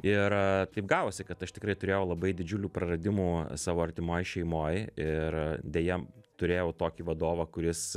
ir taip gavosi kad aš tikrai turėjau labai didžiulių praradimų savo artimoj šeimoj ir deja turėjau tokį vadovą kuris